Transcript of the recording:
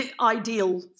ideal